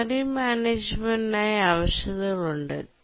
memory മാനേജുമെന്റിനായി ആവശ്യകതകൾ ഉണ്ട്